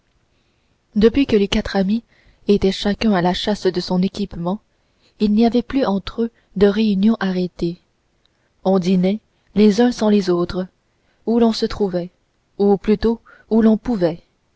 depuis que les quatre amis étaient chacun à la chasse de son équipement il n'y avait plus entre eux de réunion arrêtée on dînait les uns sans les autres où l'on se trouvait ou plutôt où l'on pouvait